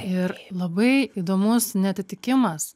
ir labai įdomus neatitikimas